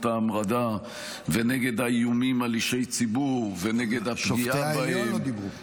ההמרדה ונגד האיומים על אישי ציבור -- שופטי העליון לא דיברו.